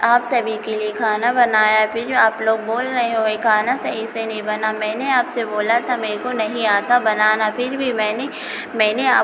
आप सभी के लिए खाना बनाया फिर आप लोग बोल रहे हो यह खाना सही से नहीं बना मैंने आपसे बोला था मेरे को नहीं आता बनाना फिर भी मैंने मैंने आप